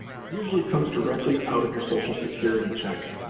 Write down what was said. it usually comes directly out of your social security check.